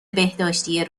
بهداشتی